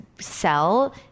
sell